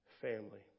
family